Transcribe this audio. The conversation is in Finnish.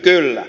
kyllä